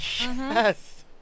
yes